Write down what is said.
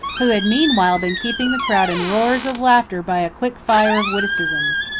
who had meanwhile been keeping the crowd in roars of laughter by a quick fire of witticisms.